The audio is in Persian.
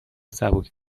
سبک